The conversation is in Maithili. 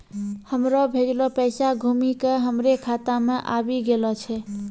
हमरो भेजलो पैसा घुमि के हमरे खाता मे आबि गेलो छै